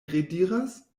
rediras